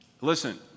Listen